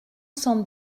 cent